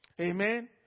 Amen